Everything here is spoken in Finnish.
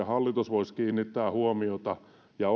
hallitus voisi kiinnittää huomiota ja